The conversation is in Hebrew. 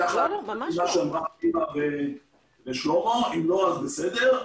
אם לא, אז בסדר.